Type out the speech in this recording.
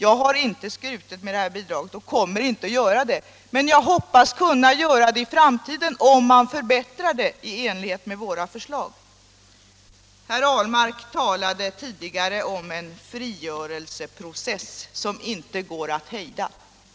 Jag har inte skrutit med detta bidrag och kommer inte att göra det, men jag hoppas kunna göra det i framtiden, om man förbättrar det i enlighet med våra förslag. Herr Ahlmark talade tidigare om en frigörelseprocess som inte går att hejda.